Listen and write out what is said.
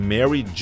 Mary